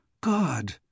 God